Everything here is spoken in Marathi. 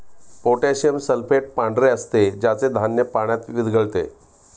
पोटॅशियम सल्फेट पांढरे असते ज्याचे धान्य पाण्यात विरघळते